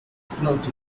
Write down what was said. floated